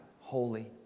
holy